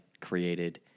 created